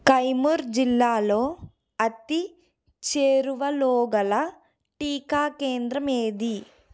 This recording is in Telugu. కైమూర్ జిల్లాలో అతి చేరువలో గల టీకా కేంద్రం ఏది